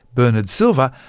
bernard silver,